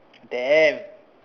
damn